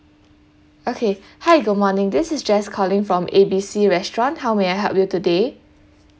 okay hi good morning this is jess calling from A B C restaurant how may I help you today